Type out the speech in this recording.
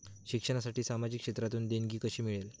शिक्षणासाठी सामाजिक क्षेत्रातून देणगी कशी मिळेल?